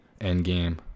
Endgame